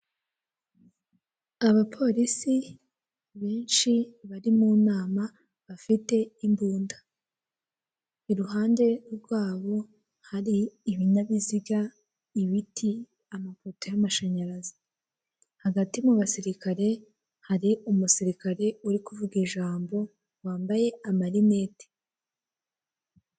Abapolisi benshi bari mu nama bafite imbunda. Iruhande rwabo hari ibinyabiziga ibiti amapoto y'amashanyarazi, hagati mu basirikare hari umusirikare uri kuvuga ijambo wambaye amarinete.